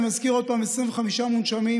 אני מזכיר עוד פעם: 25 מונשמים,